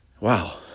Wow